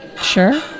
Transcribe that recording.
Sure